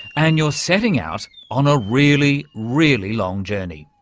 and you're setting out on a really, really long journey.